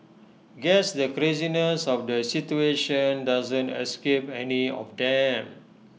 guess the craziness of the situation doesn't escape any of them